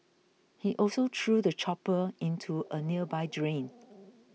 he also threw the chopper into a nearby drain